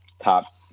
top